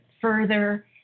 further